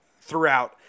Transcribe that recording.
throughout